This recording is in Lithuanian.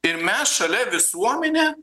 ir mes šalia visuomenė